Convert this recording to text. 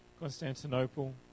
Constantinople